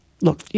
Look